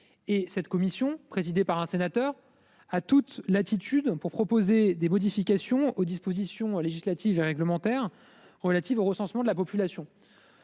Et cette commission présidée par un sénateur a toute latitude pour proposer des modifications aux dispositions législatives et réglementaires relatives au recensement de la population.--